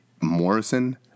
Morrison